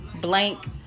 blank